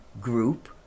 group